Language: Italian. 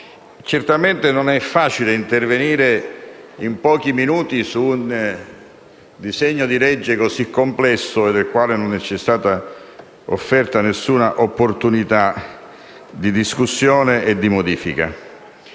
certamente non è facile intervenire in pochi minuti su un provvedimento così complesso, sul quale non c'è stata offerta alcuna opportunità di discussione e modifica.